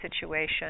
situation